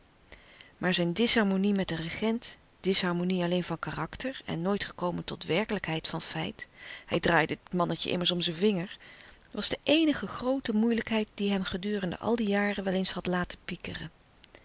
maar zijn disharmonie met den regent disharmonie alleen van karakter en nooit gekomen tot werkelijkheid van feit hij draaide het mannetje immers om zijn vinger was de eenige groote moeilijkheid die hem gedurende al die jaren wel eens had laten pikeren